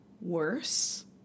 worse